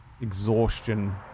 exhaustion